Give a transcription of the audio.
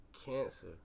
cancer